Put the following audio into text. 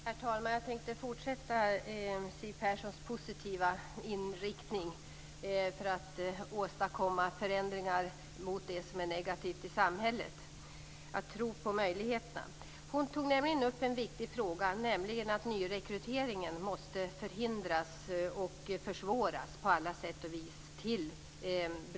Herr talman! Jag tänkte fortsätta med Siw Perssons positiva inriktning för att åstadkomma förändringar av det som är negativt i samhället, att tro på möjligheten. Hon tog upp en viktig fråga, nämligen att nyrekryteringen till brottslighet måste förhindras och försvåras på alla sätt.